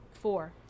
four